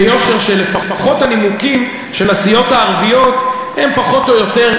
שלפחות הנימוקים של הסיעות הערביות הם פחות או יותר,